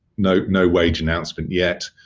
no no wage announcement yet.